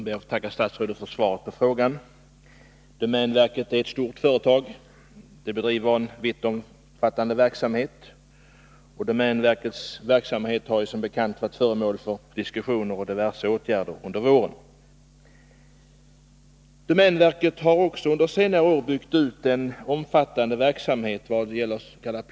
Herr talman! Jag ber att få tacka statsrådet för svaret. Domänverket är ett stort företag som bedriver en vittomfattande verksamhet. Den verksamheten har som bekant varit föremål för diskussioner och diverse åtgärder under våren. Under senare år har domänverket också byggt ut en omfattande verksamhet meds.k.